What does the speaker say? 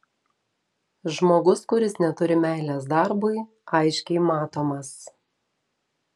žmogus kuris neturi meilės darbui aiškiai matomas